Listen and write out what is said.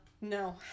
no